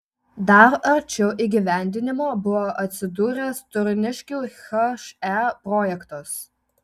dar arčiau įgyvendinimo buvo atsidūręs turniškių he projektas